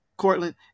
Courtland